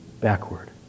backward